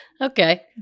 Okay